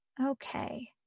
okay